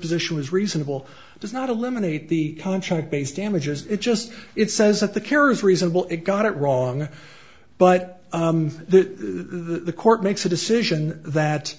position was reasonable does not eliminate the contract based damages it just it says that the care is reasonable it got it wrong but the court makes a decision that